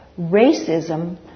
racism